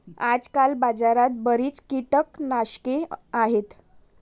आजकाल बाजारात बरीच कीटकनाशके आहेत